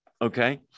Okay